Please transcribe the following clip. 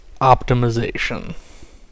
optimization